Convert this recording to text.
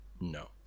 No